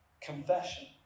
Confession